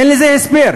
אין לזה הסבר.